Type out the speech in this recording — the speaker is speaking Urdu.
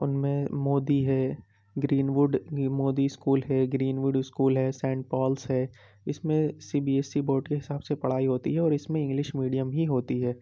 ان میں مودی ہے گرین ووڈ مودی اسکول ہے گرین ووڈ اسکول ہے سینٹ پالس ہے اس میں C B S E board کے حساب سے پڑھائی ہوتی ہے اور اس میں انگلش میڈیم ہی ہوتی ہے